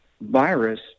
virus